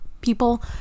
people